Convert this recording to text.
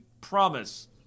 promise